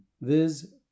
viz